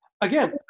again